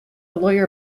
lawyer